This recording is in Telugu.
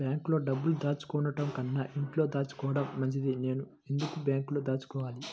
బ్యాంక్లో డబ్బులు దాచుకోవటంకన్నా ఇంట్లో దాచుకోవటం మంచిది నేను ఎందుకు బ్యాంక్లో దాచుకోవాలి?